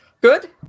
Good